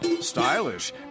stylish